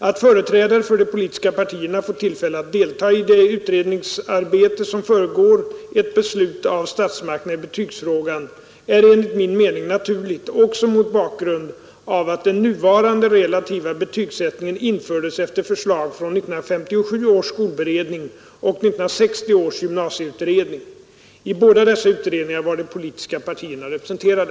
Att företrädare för de politiska partierna får tillfälle att deltaga i det utredningsarbete som föregår ett beslut av statsmakterna i betygsfrågan är enligt min mening naturligt också mot bakgrund av att den nuvarande relativa betygsättningen infördes efter förslag från 1957 års skolberedning och 1960 års gymnasieutredning. I båda dessa utredningar var de politiska partierna representerade.